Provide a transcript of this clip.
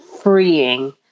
Freeing